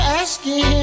asking